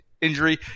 injury